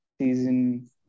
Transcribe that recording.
season